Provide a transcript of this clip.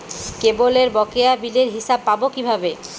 কেবলের বকেয়া বিলের হিসাব পাব কিভাবে?